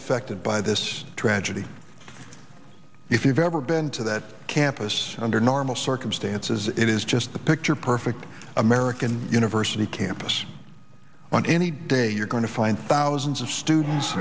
affected by this tragedy if you've ever been to that campus under normal circumstances it is just the picture perfect american university campus on any day you're going to find thousands of students